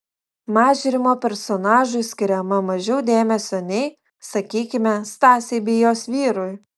mažrimo personažui skiriama mažiau dėmesio nei sakykime stasei bei jos vyrui